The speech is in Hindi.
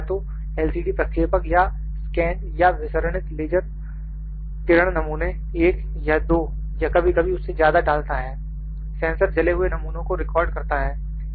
या तो एल सी डी प्रक्षेपक या स्कैंड या विसरणित लेजर किरण नमूने 1 या 2 या कभी कभी उससे ज्यादा डालता है सेंसर जले हुए नमूनों को रिकॉर्ड करता है